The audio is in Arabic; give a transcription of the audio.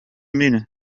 منه